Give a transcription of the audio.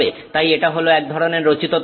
তাই এটা হল এক ধরনের রচিত তথ্য